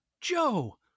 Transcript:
Joe